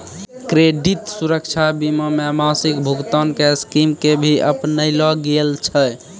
credit सुरक्षा बीमा मे मासिक भुगतान के स्कीम के भी अपनैलो गेल छै